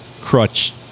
crutch